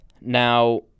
Now